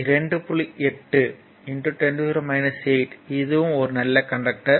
8 10 8 இதுவும் ஒரு நல்ல கண்டக்டர்